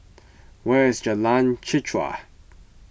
where is Jalan Chichau